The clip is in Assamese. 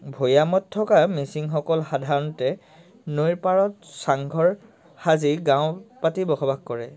ভৈয়ামত থকা মিচিংসকল সাধাৰণতে নৈৰ পাৰত চাংঘৰ সাজি গাঁও পাতি বসবাস কৰে